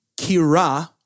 Kira